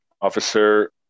Officer